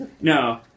No